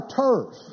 turf